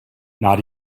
not